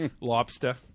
Lobster